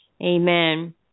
amen